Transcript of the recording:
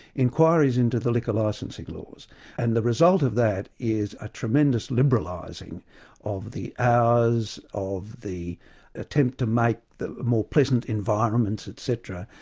inquiries into the liquor licensing laws and the result of that is a tremendous liberalising of the hours, of the attempt to make more pleasant environments etc,